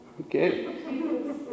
Okay